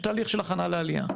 אבל יש תהליך של הכנה לעלייה.